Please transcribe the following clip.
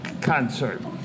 concert